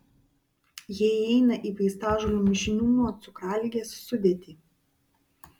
jie įeina į vaistažolių mišinių nuo cukraligės sudėtį